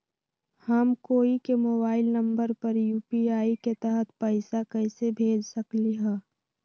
हम कोई के मोबाइल नंबर पर यू.पी.आई के तहत पईसा कईसे भेज सकली ह?